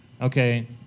Okay